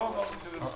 לא אמרתי שזה לא קשור.